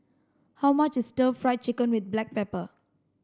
how much is stir fried chicken with black pepper